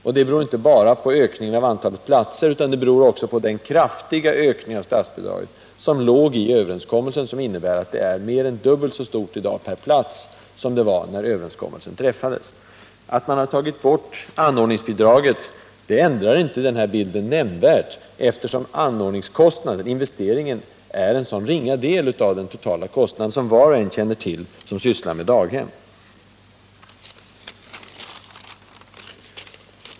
Detta beror inte bara på ökningen av antalet platser, utan det beror också på den kraftiga ökning av statsbidraget som låg i överenskommelsen och som innebär att bidraget är mer än dubbelt så stort i dag per plats som det var när överenskommelsen träffades. Att man har tagit bort anordningsbidraget ändrar inte bilden nämnvärt, eftersom anordningskostnaden/investeringen bara är en ringa del av den totala kostnaden, vilket var och en känner till som sysslar med daghem.